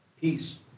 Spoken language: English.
Peace